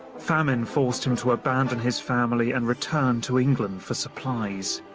famine forced him to abandon his family and return to england for supplies.